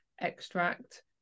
extract